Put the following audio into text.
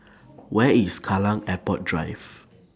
Where IS Kallang Airport Drive